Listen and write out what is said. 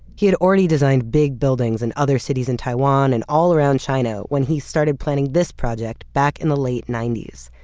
he had already designed big buildings in other cities in taiwan, and all around china when he started planning this project back in the late ninety s.